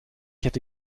hätte